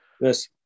Yes